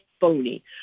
phony